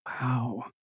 Wow